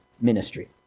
ministry